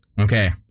Okay